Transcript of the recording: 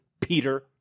Peter